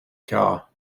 car